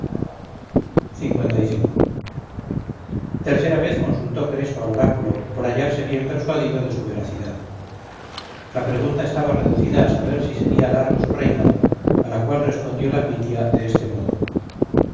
conciudadano tercera vez consultó creso al oráculo por hallarse bien persuadido de su veracidad la pregunta estaba reducida a saber si sería largo su reinado a la cual respondió la pithia de este modo